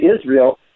Israel